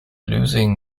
losing